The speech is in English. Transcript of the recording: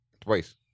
Twice